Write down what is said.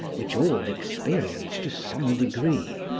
which all experience to some degree,